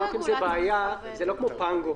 עלולה להיות עם זה בעיה, זה לא כמו "פנגו".